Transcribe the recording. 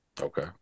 okay